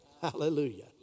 Hallelujah